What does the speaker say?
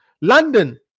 London